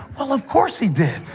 well, of course he did,